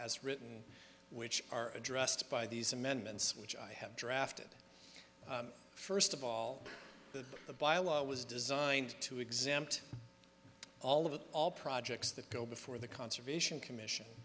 as written which are addressed by these amendments which i have drafted first of all that the byelaw was designed to exempt all of it all projects that go before the conservation commission